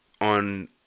on